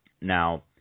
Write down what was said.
Now